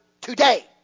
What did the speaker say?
today